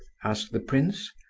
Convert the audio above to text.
asked the prince.